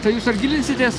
tai jūs ar gilinsitės